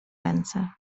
ręce